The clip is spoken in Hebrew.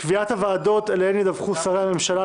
קביעת הוועדות שאליהן ידווחו שרי הממשלה,